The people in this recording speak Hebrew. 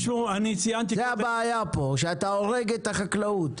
זה הבעיה פה שאתה הורג את החקלאות.